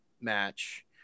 match